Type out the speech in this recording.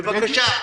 בבקשה.